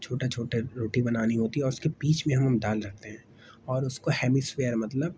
چھوٹا چھوٹے روٹی بنانی ہوتی ہے اور اس کے بیچ میں ہم ہم دال رکھتے ہیں اور اس کو ہیمسفیئر مطلب